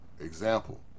example